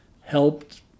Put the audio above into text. helped